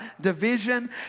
division